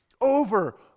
over